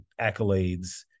accolades